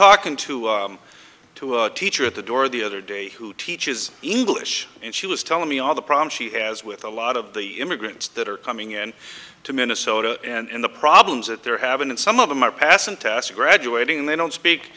talking to to a teacher at the door the other day who teaches english and she was telling me all the problems she has with a lot of the immigrants that are coming in to minnesota and in the problems that they're having and some of them are passing tests are graduating they don't speak